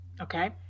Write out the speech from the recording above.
okay